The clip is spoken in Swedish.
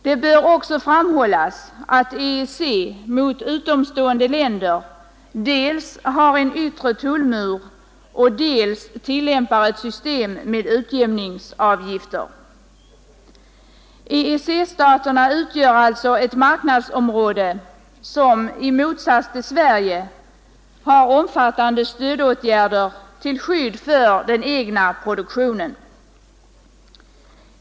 Det bör också framhållas att EEC mot utomstående länder dels har en yttre tullmur, dels tillämpar ett system med utjämningsavgifter. EEC-staterna utgör alltså ett marknadsområde som i motsats till Sverige har omfattande stödåtgärder till skydd för den egna produktionen.